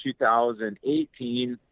2018